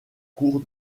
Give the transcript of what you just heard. cours